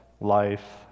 life